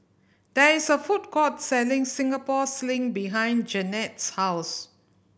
there is a food court selling Singapore Sling behind Jannette's house